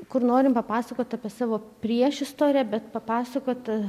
kur norim papasakot apie savo priešistorę bet papasakot